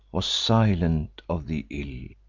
was silent of the ill.